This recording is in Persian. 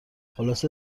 خلاصه